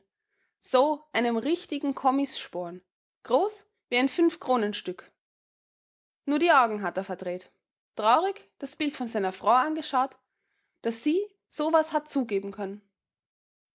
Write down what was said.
so einem richtigen komissporn groß wie ein fünfkronenstück nur die augen hat er verdreht traurig das bild von seiner frau angeschaut daß sie so was hat zugeben können